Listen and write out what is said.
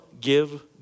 give